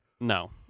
no